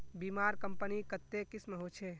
बीमार कंपनी कत्ते किस्म होछे